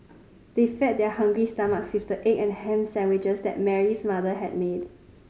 they fed their hungry stomachs with the egg and ham sandwiches that Mary's mother had made